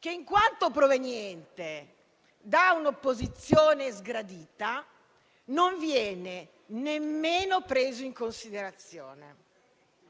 in quanto proveniente da un'opposizione sgradita, non viene nemmeno preso in considerazione;